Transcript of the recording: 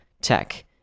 tech